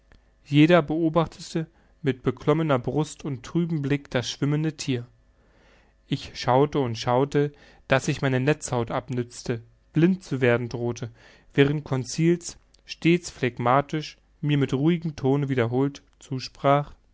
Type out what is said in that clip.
jeder beobachtete mit beklommener brust und trübem blick das schwimmende thier ich schaute und schaute daß ich meine netzhaut abnützte blind zu werden drohte während conseil stets phlegmatisch mir mit ruhigem tone wiederholt zusprach